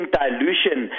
dilution